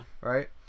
right